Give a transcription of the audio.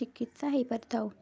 ଚିକିତ୍ସା ହେଇପାରିଥାଉ